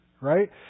right